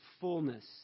fullness